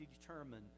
determine